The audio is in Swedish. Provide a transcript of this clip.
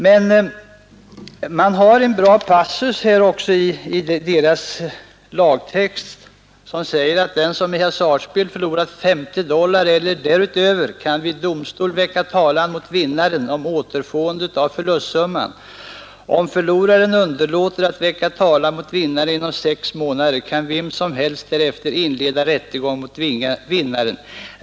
Ifrågavarande lagtext innehåller en bra passus, som säger att den ”som i hasardspel förlorat 50 dollar eller därutöver kan vid domstol väcka talan mot vinnaren om återfående av förlustsumman. Om förloraren underlåter att väcka talan mot vinnaren inom sex månader kan vem som helst därefter inleda rättegång mot vinnaren.